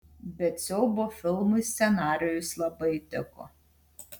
bet siaubo filmui scenarijus labai tiko